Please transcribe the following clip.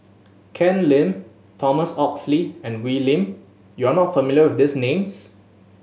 Ken Lim Thomas Oxley and Wee Lin you are not familiar with these names